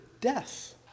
death